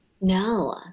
No